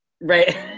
Right